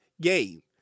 game